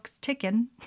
ticking